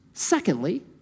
Secondly